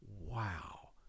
wow